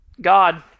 God